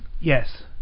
Yes